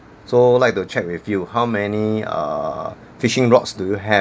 so like to check with you how many err fishing rods do you have